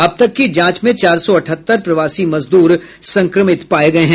अब तक की जांच में चार सौ अठहत्तर प्रवासी मजदूर संक्रमित पाये गये हैं